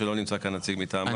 שלא נמצא כאן נציג מטעמה.